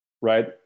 Right